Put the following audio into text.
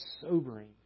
sobering